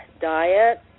diet